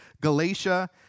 Galatia